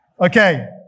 Okay